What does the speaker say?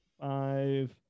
Five